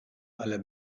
alle